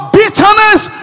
bitterness